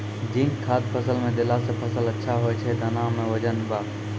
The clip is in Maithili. जिंक खाद फ़सल मे देला से फ़सल अच्छा होय छै दाना मे वजन ब